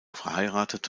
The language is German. verheiratet